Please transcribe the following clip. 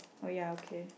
oh ya okay